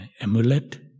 amulet